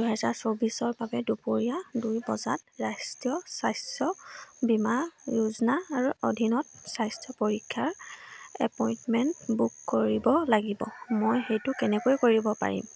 দুহেজাৰ চৌবিছৰ বাবে দুপৰীয়া দুই বজাত ৰাষ্ট্ৰীয় স্বাস্থ্য বীমা যোজনাৰ অধীনত স্বাস্থ্য পৰীক্ষাৰ এপইণ্টমেণ্ট বুক কৰিব লাগিব মই সেইটো কেনেকৈ কৰিব পাৰিম